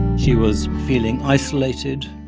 she was feeling isolated,